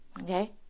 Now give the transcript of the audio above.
Okay